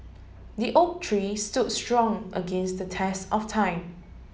the oak tree stood strong against the test of time